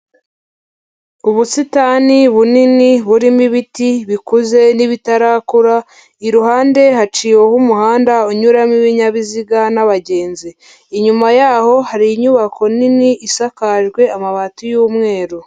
Ubusitani bunini burimo ibiti bikuze n'ibitarakura, iruhande haciweho umuhanda unyuramo ibinyabiziga n'abagenzi, inyuma y'aho hari inyubako nini isakajwe amabati y'umweru.